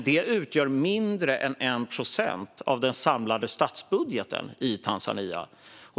Det utgör dock mindre än 1 procent av den samlade statsbudgeten i Tanzania.